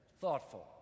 thoughtful